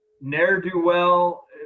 ne'er-do-well